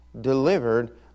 delivered